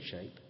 shape